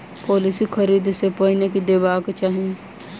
Policy खरीदै सँ पहिने की देखबाक चाहि?